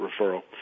referral